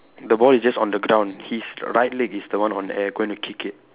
the ball is just on the ground his right leg is the one on the air going to kick it